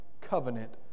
covenant